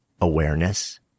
Awareness